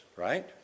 right